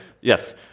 Yes